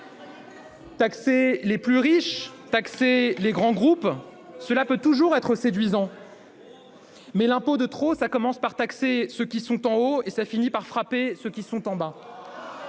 Taxer les plus riches ? Taxer les grands groupes ? Cela paraît toujours séduisant, mais l'impôt de trop commence par toucher ceux qui sont en haut et finit par frapper ceux qui sont en bas.